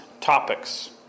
topics